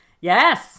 Yes